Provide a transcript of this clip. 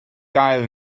gael